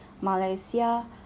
malaysia